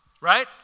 right